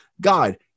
God